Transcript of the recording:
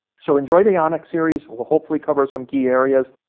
so, enjoy the onyx series. we'll hopefully cover some key areas.